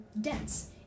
dense